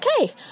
okay